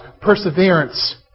Perseverance